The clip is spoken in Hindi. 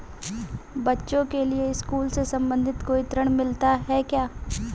बच्चों के लिए स्कूल से संबंधित कोई ऋण मिलता है क्या?